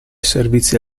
servizi